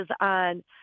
on